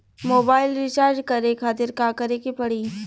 Mobile recharge करे खातिर का करे के पड़ी?